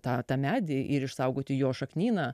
tą tą medį ir išsaugoti jo šaknyną